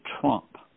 Trump